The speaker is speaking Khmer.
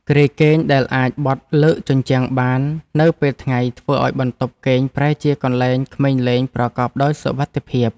គ្រែគេងដែលអាចបត់លើកជញ្ជាំងបាននៅពេលថ្ងៃធ្វើឱ្យបន្ទប់គេងប្រែជាកន្លែងក្មេងលេងប្រកបដោយសុវត្ថិភាព។